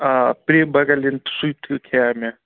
آ سُہ تہِ کھیٚیا مےٚ